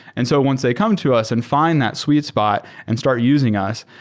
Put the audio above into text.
and so once they come to us and find that sweet spot and start using us,